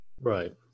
Right